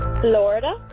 Florida